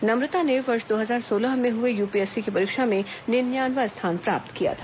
नम्रता ने वर्ष दो हजार सोलह में हुए यूपीएससी की परीक्षा में निन्यानवां स्थान प्राप्त किया था